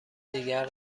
دیگر